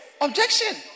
objection